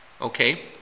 Okay